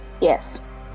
Yes